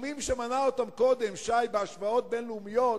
הסכומים שהציג קודם שי, בהשוואות בין-לאומיות,